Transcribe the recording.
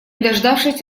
дождавшись